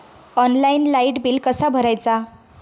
Online light bill कसा भरायचा?